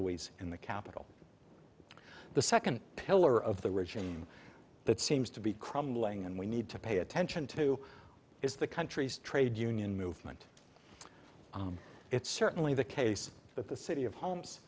alleyways in the capital the second pillar of the regime that seems to be crumbling and we need to pay attention to is the country's trade union movement it's certainly the case that the city of homes